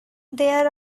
there